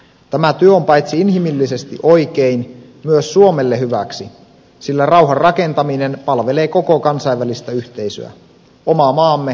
tämä työ on paitsi inhimillisesti oikein myös suomelle hyväksi sillä rauhan rakentaminen palvelee koko kansainvälistä yhteisöä oma maamme mukaan lukien